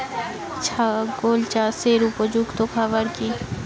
ছাগল চাষের উপযুক্ত খাবার কি কি?